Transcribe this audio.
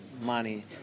money